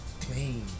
clean